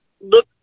look